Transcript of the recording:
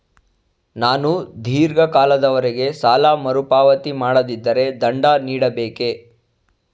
ನಾನು ಧೀರ್ಘ ಕಾಲದವರೆ ಸಾಲ ಮರುಪಾವತಿ ಮಾಡದಿದ್ದರೆ ದಂಡ ನೀಡಬೇಕೇ?